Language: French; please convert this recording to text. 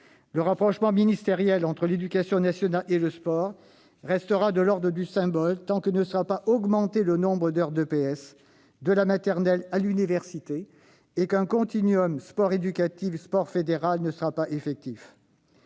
Le rapprochement ministériel entre l'éducation nationale et le sport restera de l'ordre du symbole tant que ne sera pas augmenté le nombre d'heures d'EPS de la maternelle à l'université et qu'un continuum sport éducatif-sport fédéral ne sera pas effectif.